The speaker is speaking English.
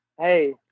Hey